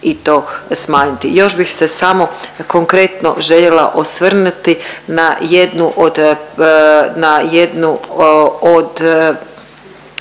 i to smanjiti. Još bih se samo konkretno željela osvrnuti na jednu od